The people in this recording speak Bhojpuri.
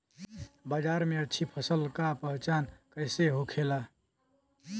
बाजार में अच्छी फसल का पहचान कैसे होखेला?